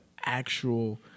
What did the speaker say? actual